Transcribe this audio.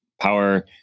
power